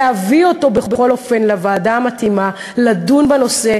להביא אותו בכל אופן לוועדה המתאימה לדון בנושא,